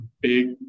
big